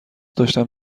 داشتم